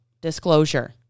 disclosure